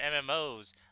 MMOs